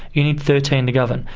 you need thirteen to govern.